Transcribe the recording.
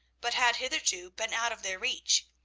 but had hitherto been out of their reach.